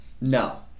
No